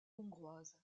hongroise